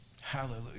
Hallelujah